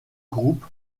groupe